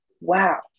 wow